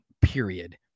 period